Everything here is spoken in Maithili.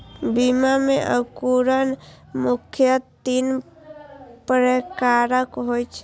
बीया मे अंकुरण मुख्यतः तीन प्रकारक होइ छै